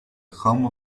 home